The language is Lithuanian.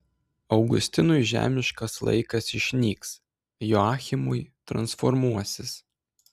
augustinui žemiškas laikas išnyks joachimui transformuosis